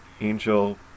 Angel